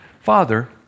Father